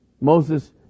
Moses